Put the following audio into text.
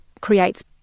creates